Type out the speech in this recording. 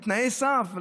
בתנאי סף.